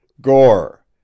Gore